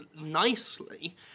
nicely